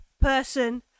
person